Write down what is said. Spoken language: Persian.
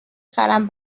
خرم